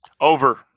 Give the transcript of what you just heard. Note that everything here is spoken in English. Over